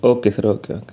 okay sir okay okay